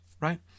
right